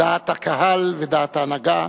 דעת הקהל ודעת ההנהגה,